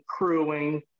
crewing